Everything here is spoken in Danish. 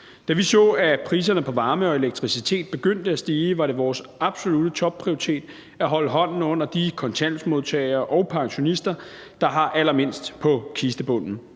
Da vi så, at priserne på varme og elektricitet begyndte at stige, var det vores absolutte topprioritet at holde hånden under de kontanthjælpsmodtagere og pensionister, der har allermindst på kistebunden.